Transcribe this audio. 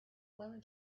lemon